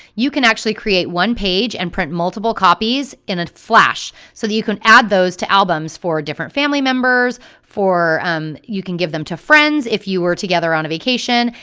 you can actually create one page and print multiple copies in a flash, so that you can add those to albums for different family members, um you can give them to friends if you were together on a vacation,